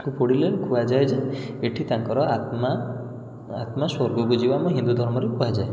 ତାକୁ ପୋଡ଼ିଲେ କୁହାଯାଏ ଯେ ଏଠି ତାଙ୍କର ଆତ୍ମା ଆତ୍ମା ସ୍ୱର୍ଗକୁ ଯିବ ଆମ ହିନ୍ଦୁଧର୍ମରୁ କୁହାଯାଏ